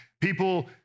People